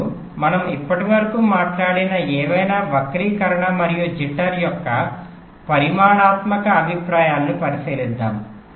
ఇప్పుడు మనం ఇప్పటివరకు మాట్లాడిన ఏవైనా వక్రీకరణ మరియు జిట్టర్skew jitter యొక్క పరిమాణాత్మక అభిప్రాయాలను పరిశీలిద్దాం